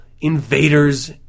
Invaders